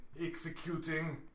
executing